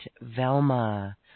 Velma